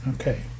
Okay